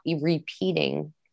repeating